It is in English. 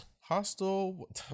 Hostel